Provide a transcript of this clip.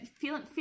feeling